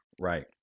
right